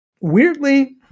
Weirdly